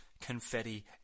confetti